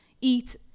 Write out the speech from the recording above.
eat